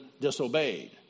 disobeyed